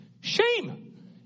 Shame